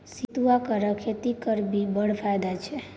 सितुआक खेती करभी बड़ फायदा छै